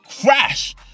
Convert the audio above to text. crash